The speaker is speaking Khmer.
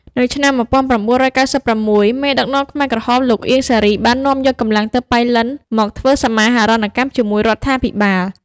នៅឆ្នាំ ១៩៩៦ មេដឹកនាំខ្មែរក្រហមលោក អៀង សារី បាននាំយកកម្លាំងនៅប៉ៃលិនមកធ្វើសមាហរណកម្មជាមួយរដ្ឋាភិបាល។